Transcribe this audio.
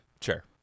sure